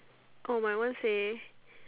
oh my one say